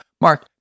Mark